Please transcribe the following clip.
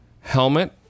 Helmet